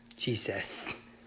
Jesus